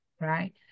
right